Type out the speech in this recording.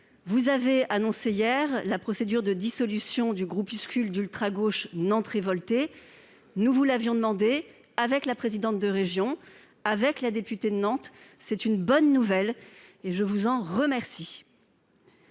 Vous avez annoncé hier l'engagement d'une procédure de dissolution du groupuscule d'ultragauche « Nantes révoltée »; nous vous l'avions demandé avec la présidente de région et la députée de Nantes. C'est une bonne nouvelle. Je vous en remercie.